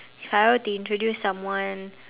if I were to introduce someone